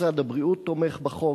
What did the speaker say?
משרד הבריאות תומך בחוק.